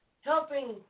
helping